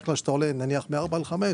כשאתה עולה מ-4 ל-5,